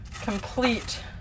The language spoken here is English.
complete